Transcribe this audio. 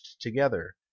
together